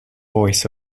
voice